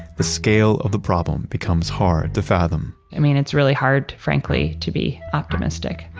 the scale of the problem becomes hard to fathom i mean it's really hard, frankly, to be optimistic.